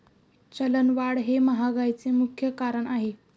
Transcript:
चलनवाढ हे महागाईचे मुख्य कारण आहे